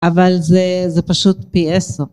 אבל זה זה פשוט פי עשר